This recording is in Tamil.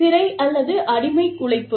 சிறை அல்லது அடிமை உழைப்பு